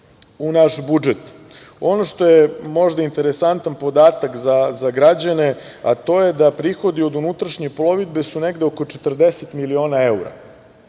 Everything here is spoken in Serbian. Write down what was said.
u naš budžet. Ono što je možda interesantan podatak za građane, a to je da su prihodi od unutrašnje plovidbe negde oko 40 miliona evra